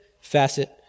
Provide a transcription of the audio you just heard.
facet